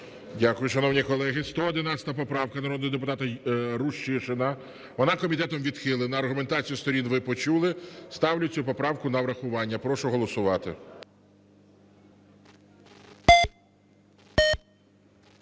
Дякую. Шановні колеги, 111 поправка народного депутата Рущишина. Вона комітетом відхилена. Аргументацію сторін ви почули. Ставлю цю поправку на врахування. Прошу голосувати.